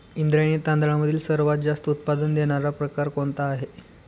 इंद्रायणी तांदळामधील सर्वात जास्त उत्पादन देणारा प्रकार कोणता आहे?